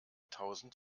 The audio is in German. tausend